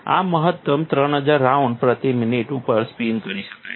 આ મહત્તમ 3000 રાઉન્ડ પ્રતિ મિનિટ ઉપર સ્પિન કરી શકાય છે